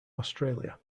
australia